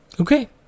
Okay